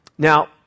Now